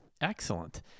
Excellent